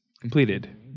completed